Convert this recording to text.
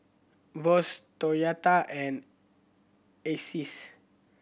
Bose Toyota and Asics